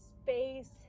space